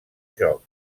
joc